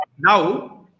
Now